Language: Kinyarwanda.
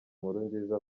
nkurunziza